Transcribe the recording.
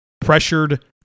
pressured